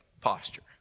posture